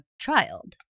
child